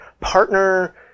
partner